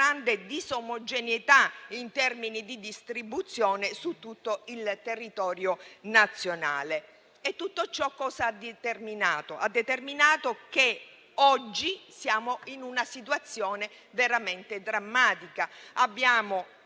grande disomogeneità in termini di distribuzione su tutto il territorio nazionale. Tutto ciò cosa ha determinato? Ha determinato che oggi siamo in una situazione veramente drammatica. Abbiamo